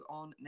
on